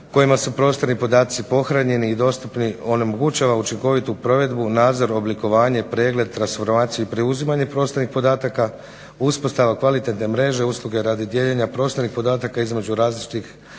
kojima su prostorni podaci pohranjeni i dostupni onemogućava učinkovitu provedbu nadzor, oblikovanje, pregled, transformaciju i preuzimanje prostornih podataka, uspostava kvalitetne mreže, usluge radi dijeljenja prostornih podataka između različitih